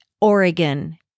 Oregon